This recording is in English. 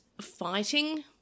fighting